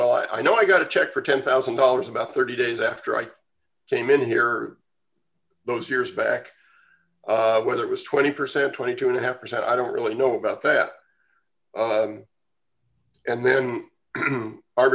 well i know i got a check for ten thousand dollars about thirty days after i came in here those years back whether it was twenty percent twenty two and a half percent i don't really know about that and then ar